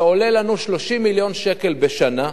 זה עולה לנו 30 מיליון שקל בשנה.